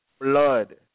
blood